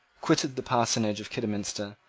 quitted the parsonage of kidderminster,